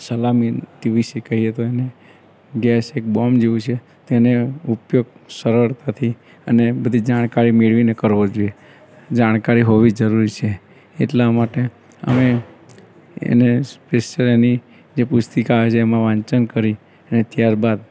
સલામતી વિષે કહીએ તો એને ગેસ એક બોમ્બ જેવું છે તેને ઉપયોગ સરળતાથી અને બધી જાણકારી મેળવીને કરવો જોઈએ જાણકારી હોવી જરૂરી છે એટલા માટે અમે એને સ્પેસિયલ એની જે પુસ્તિકા જેમાં વાંચન કરી અને ત્યારબાદ